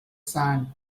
sand